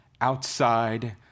outside